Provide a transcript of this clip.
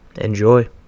Enjoy